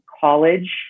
college